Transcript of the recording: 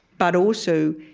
but also,